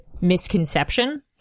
misconception